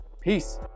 peace